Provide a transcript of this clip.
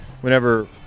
whenever